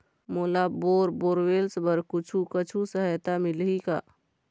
मोला bore borewells बर कुछू कछु सहायता मिलही का?